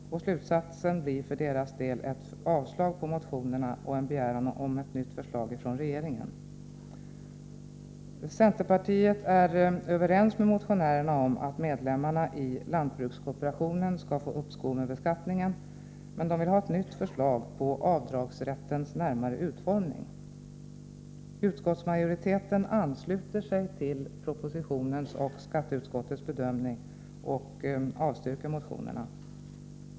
Slutsatsen blir för deras del ett avslagsyrkande på motionerna och en begäran om ett nytt förslag från regeringen. Centerpartiet är överens med motionärerna om att medlemmarna i lantbrukskooperationen skall få uppskov med beskattningen men vill ha ett nytt förslag på avdragsrättens närmare utformning. Utskottsmajoriteten ansluter sig till propositionens och skatteutskottets bedömning och avstyrker motionerna.